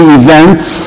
events